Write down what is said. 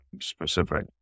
specific